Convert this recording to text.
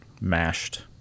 mashed